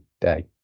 day